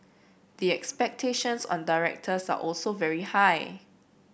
the expectations on directors are also very high